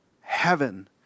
heaven